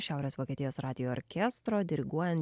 šiaurės vokietijos radijo orkestro diriguojant